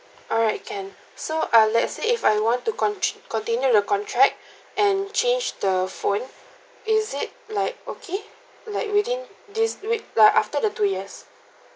alright can so uh let's say if I want to cont~ continue the contract and change the phone is it like okay like within this week like after the two years